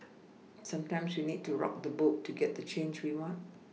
sometimes we need to rock the boat to get the change we want